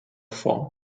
form